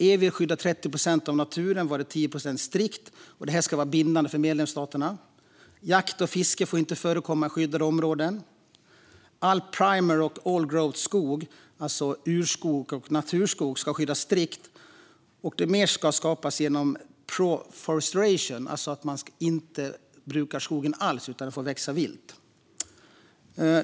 EU vill skydda 30 procent av naturen varav 10 procent strikt. Det ska vara bindande för medlemsstaterna. Jakt och fiske får inte förekomma i skyddade områden. All primary och old growth-skog - urskog och naturskog - ska skyddas strikt, och mer ska skapas via proforestation. Det innebär att man inte brukar skogen alls utan att den får växa vilt.